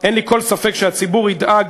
אין לי כל ספק שהציבור ידאג,